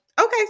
okay